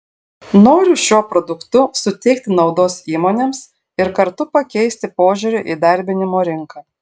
noriu šiuo produktu suteikti naudos įmonėms ir kartu pakeisti požiūrį į įdarbinimo rinką